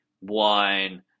wine